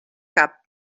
cap